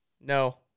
No